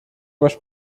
masz